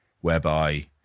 whereby